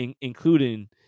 including